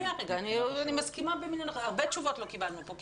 אני מסכימה איתך, הרבה תשובות לא קיבלנו פה.